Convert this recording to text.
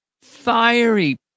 Fiery